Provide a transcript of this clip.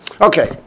Okay